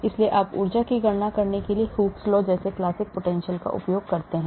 इसलिए आप ऊर्जा की गणना के लिए Hooke's law जैसी classical potentials का उपयोग करते हैं